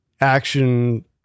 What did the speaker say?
action